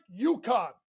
UConn